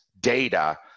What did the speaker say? data